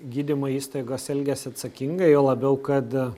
gydymo įstaigos elgiasi atsakingai juo labiau kad